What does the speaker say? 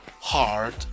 hard